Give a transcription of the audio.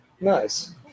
nice